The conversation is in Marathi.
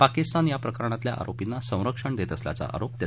पाकिस्तान या प्रकरणातल्या आरोपींना संरक्षण देत असल्याचा आरोप त्यांनी केला